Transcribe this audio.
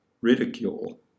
ridicule